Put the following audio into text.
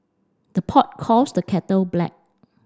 the pot calls the kettle black